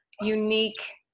unique